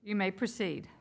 you may proceed